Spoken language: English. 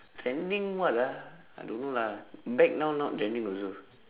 trending what ah I don't know lah bag now not trending also